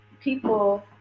people